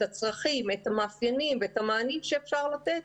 את המאפיינים ואת המענים שאפשר לתת?